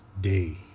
day